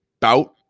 bout